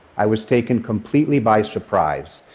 i was taken completely by surprise.